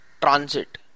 Transit